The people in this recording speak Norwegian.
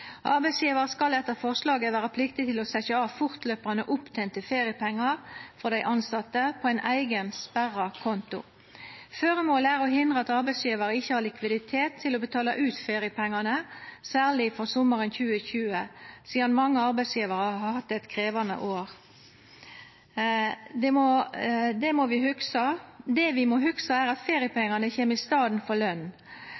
Arbeidsgjevar skal etter forslaget vera pliktig til å setja av fortløpande opptente feriepengar for dei tilsette på ein eigen, sperra konto. Føremålet er å hindra at arbeidsgjevarar ikkje har likviditet til å betala ut feriepengane, særleg for sommaren 2020, sidan mange arbeidsgjevarar har hatt eit krevjande år. Det vi må hugsa, er at